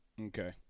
Okay